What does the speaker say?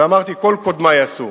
ואמרתי שכל קודמי עשו,